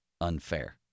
unfair